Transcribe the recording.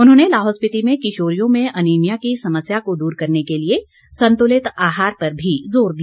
उन्होंने लाहौल स्पिति में किशोरियों में अनीमिया की समस्या को दूर करने के लिए संतुलित आहार पर भी जोर दिया